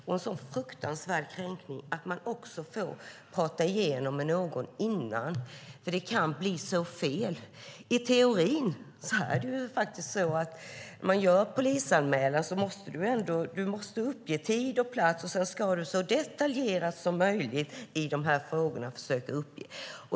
Och när det är en så fruktansvärd kränkning betyder det mycket att man får prata igenom det med någon innan. Det kan nämligen bli så fel. I teorin måste man, när man gör polisanmälan, uppge tid och plats. Sedan ska man vara så detaljerad som möjligt i de här frågorna.